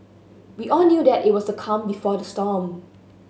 we all knew that it was the calm before the storm